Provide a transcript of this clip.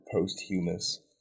posthumous